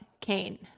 Cain